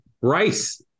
Rice